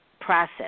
process